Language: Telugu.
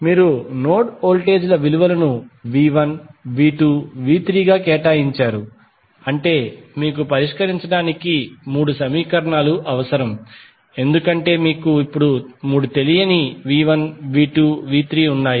మీరు నోడ్ వోల్టేజ్ ల విలువను V1V2V3 గా కేటాయించారు అంటే మీకు పరిష్కరించడానికి మూడు సమీకరణాలు అవసరం ఎందుకంటే మీకు ఇప్పుడు మూడు తెలియని V1V2V3ఉన్నాయి